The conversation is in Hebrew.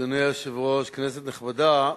אדוני היושב-ראש, כנסת נכבדה,